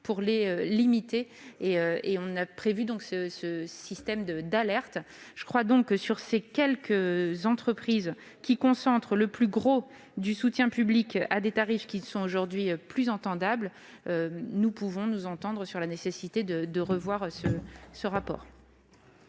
de les limiter. C'est une sorte de système de d'alerte. Je le crois, avec ces quelques entreprises qui concentrent le plus gros du soutien public, à des tarifs qui ne sont aujourd'hui plus supportables, nous pouvons nous entendre sur la nécessité de revoir ces relations.